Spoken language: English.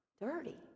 dirty